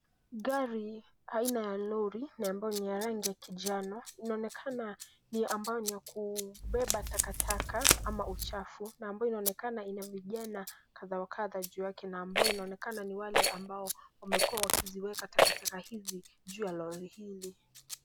Gari, aina ya lori na ambayo ni ya rangi ya kinjano inaonekana ni ambayo ni ya kubeba takataka ama uchafu na ambayo inaonekana ina vijana kadha wa kadhaa juu yake na ambayo inaonekana ni wale ambao wamekuwa wakiziweka takataka hizi juu ya lori hili.